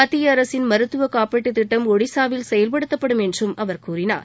மத்திய அரசின் மருத்துவ காப்பீட்டுத் திட்டம் ஒடிசாவில் செயல்படுத்தப்படும் என்றும் அவர் கூறினார்